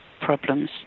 problems